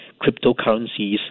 cryptocurrencies